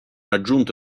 aggiunta